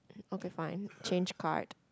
okay fine change card